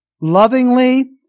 lovingly